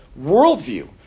worldview